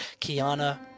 Kiana